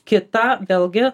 kita vėlgi